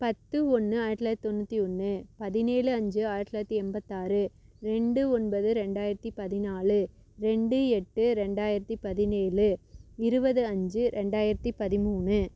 பத்து ஒன்று ஆயிரத்து தொளாயிரத்து தொண்ணூற்றி ஒன்று பதினேழு அஞ்சு ஆயிரத்து தொளாயிரத்து எண்பத்தி ஆறு ரெண்டு ஒன்பது ரெண்டாயிரத்து பதினாலு ரெண்டு எட்டு ரெண்டாயிரத்து பதினேழு இருபது அஞ்சு ரெண்டாயிரத்து பதிமூணு